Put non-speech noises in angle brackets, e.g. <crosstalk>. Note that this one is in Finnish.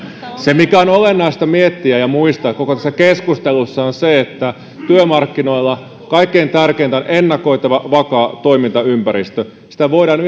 se mikä on olennaista miettiä ja muistaa koko tässä keskustelussa on se että työmarkkinoilla kaikkein tärkeintä on ennakoitava vakaa toimintaympäristö sitä voidaan <unintelligible>